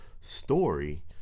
story